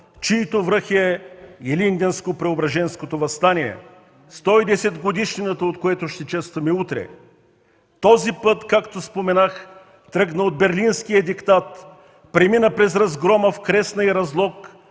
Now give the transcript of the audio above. чиито връх е Илинденско-Преображенското въстание, 110-годишнината от което ще честваме утре, този път, както споменах, тръгна от берлинския диктат, премина през разгрома в Кресна и Разлог,